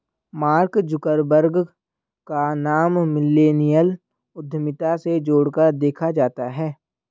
mark Zuckerberg का नाम millennial उद्यमिता से जोड़कर देखा जाता है